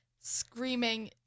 screaming